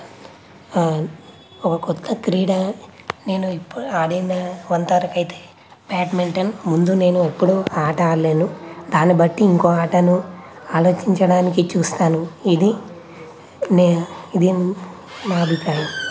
ఒక క్రొత్త క్రీడా నేను ఇప్పుడు ఆడినంత వరకు అయితే బ్యాడ్మింటన్ ముందు నేను ఎప్పుడూ ఆట ఆడలేను దాన్ని బట్టి ఇంకో ఆటను ఆలోచించడానికి చూస్తాను ఇది నే ఇది నా అభిప్రాయం